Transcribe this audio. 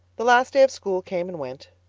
the last day of school came and went.